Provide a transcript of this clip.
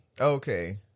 Okay